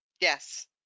Yes